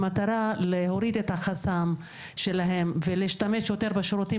במטרה להוריד את החסם שלהם ולהשתמש יותר בשירותים,